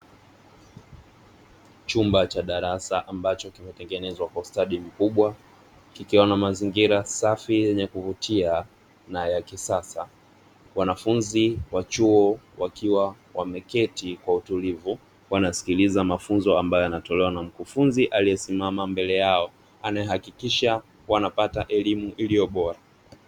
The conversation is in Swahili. Chumba cha darasa ambacho kimetengenezwa kwa stadi mkubwa, kikiwa na mazingira safi yenye kuvutia na ya kisasa. Wanafunzi wa chuo wakiwa wameketi kwa utulivu, wanasikiliza mafunzo ambayo yanatolewa na mkufunzi aliyesimama mbele yao, anayehakikisha wanapata elimu iliyo bora.